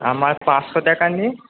আমার পাঁচশো টাকা নিই